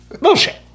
Bullshit